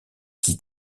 qui